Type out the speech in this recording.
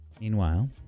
meanwhile